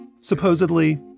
supposedly